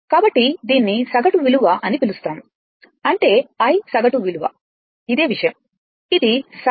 కాబట్టి దీన్ని సగటు విలువ అని పిలుస్తాము అంటే I సగటు ఇదే విషయం ఇది సగటు 2 π Im 0